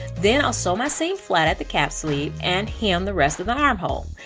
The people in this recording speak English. then i'll sew my seam flat at the cap sleeve and hem the rest of the arm hole.